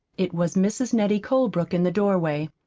it was mrs. nettie colebrook in the doorway.